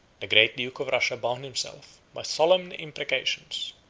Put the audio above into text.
the great duke of russia bound himself, by solemn imprecations,